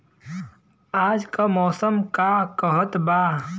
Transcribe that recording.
आज क मौसम का कहत बा?